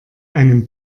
einem